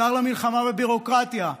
שר למלחמה בביורוקרטיה.